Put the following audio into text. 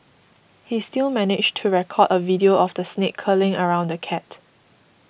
he still managed to record a video of the snake curling around the cat